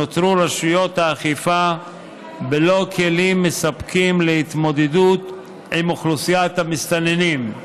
נותרו רשויות האכיפה בלא כלים מספקים להתמודדות עם אוכלוסיית המסתננים.